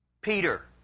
Peter